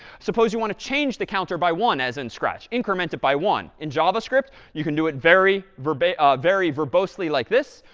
suppose you want to change change the counter by one, as in scratch, incremented by one. in javascript, you can do it very verbosely ah very verbosely like this.